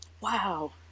Wow